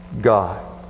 God